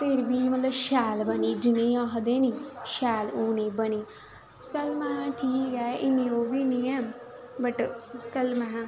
फिर बी मतलब शैल बनी जि'नें गी आखदे निं शैल ओह् नेही बनी चल महा ठीक ऐ इन्नी ओह् बी निं ऐ बट कल महैं